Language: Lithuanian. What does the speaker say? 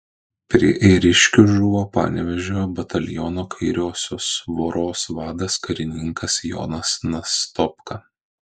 prie ėriškių žuvo panevėžio bataliono kairiosios voros vadas karininkas jonas nastopka